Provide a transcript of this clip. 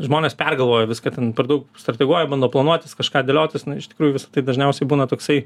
žmonės pergalvoja viską ten per daug strateguoja bando planuotis kažką dėliotis nu iš tikrųjų visa tai dažniausiai būna toksai